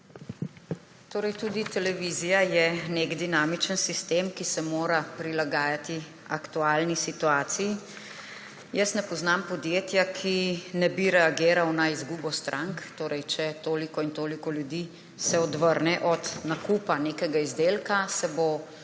Torej tudi televizija je nek dinamični sistem, ki se mora prilagajati aktualni situaciji. Jaz ne poznam podjetja, ki ne bi reagiral na izgubo strank. Če se torej toliko in toliko ljudi odvrne od nakupa nekega izdelka, se bo